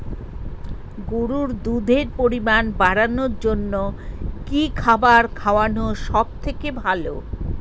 গরুর দুধের পরিমাণ বাড়ানোর জন্য কি খাবার খাওয়ানো সবথেকে ভালো?